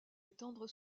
étendre